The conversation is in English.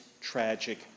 tragic